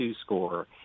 score